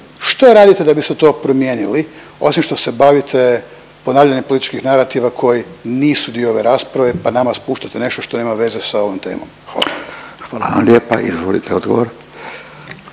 što radite da biste to promijenili osim što se bavite ponavljanjem političkih narativa koji nisu dio ove rasprava pa na nas puštate nešto što nema veze sa ovom temom. Hvala. **Radin, Furio